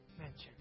mention